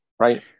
Right